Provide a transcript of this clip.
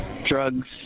drugs